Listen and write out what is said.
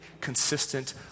consistent